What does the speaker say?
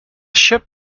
ship